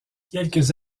quelques